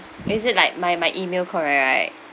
is it like my my email correct right